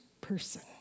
person